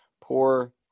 Poor